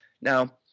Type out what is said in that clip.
Now